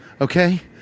Okay